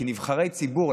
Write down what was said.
כנבחרי ציבור.